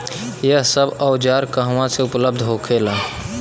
यह सब औजार कहवा से उपलब्ध होखेला?